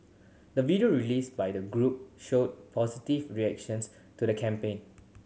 the video released by the group showed positive reactions to the campaign